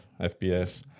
fps